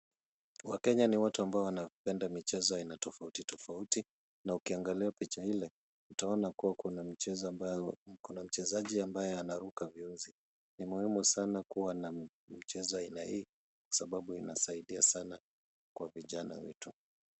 Wakenya ni watu ambao wanapenda michezo ya aina tofauti tofauti. Na ukiangalia picha ile utaona kuwa kuna mchezaji ambaye anaruka viunzi. Ni muhimu sana kuwa na michezo ya aina hii kwa sababu inasaidia sana kwa vijana wetu.